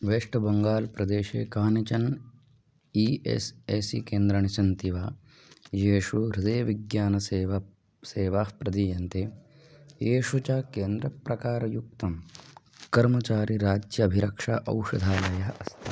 waste Bengal प्रदेशे कानिचन E S I C केन्द्राणि सन्ति वा येषु हृदयविज्ञानसेवा सेवाः प्रदीयन्ते येषु च केन्द्रप्रकारयुक्तं कर्मचारीराज्य अभिरक्षा औषधालयः अस्ति